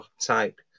type